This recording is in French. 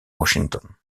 washington